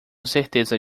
certeza